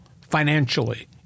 financially